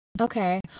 Okay